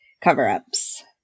cover-ups